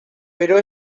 pero